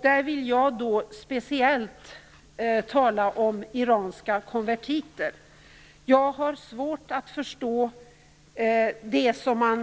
Där vill jag speciellt tala om iranska konvertiter. Jag har svårt att förstå den